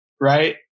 right